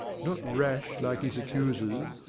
not rash like his accusers,